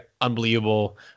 unbelievable